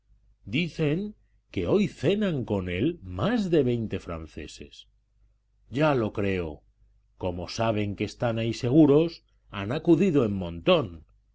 dicen que hoy cenan con él más de veinte franceses ya lo creo como saben que ahí están seguros han acudido en montón